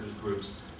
groups